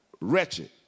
wretched